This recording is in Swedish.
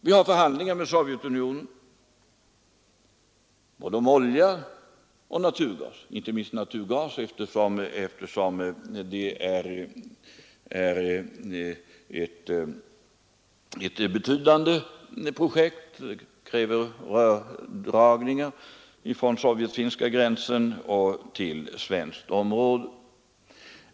Vi för förhandlingar med Sovjetunionen både om olja och naturgas — inte minst naturgas, eftersom det är ett betydande projekt som kräver rördragningar från gränsen mellan Sovjetunionen och Finland till svenskt område.